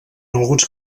alguns